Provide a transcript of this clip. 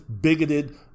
bigoted